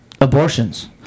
abortions